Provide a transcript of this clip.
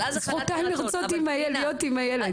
זכותן לרצות להיות עם הילד.